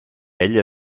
ella